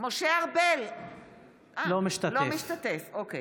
אינו משתתף בהצבעה